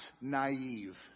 naive